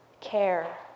Care